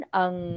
ang